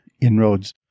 inroads